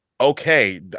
okay